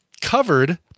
covered